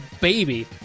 baby